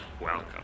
welcome